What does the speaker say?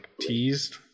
teased